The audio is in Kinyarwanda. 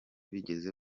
bigeze